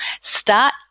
Start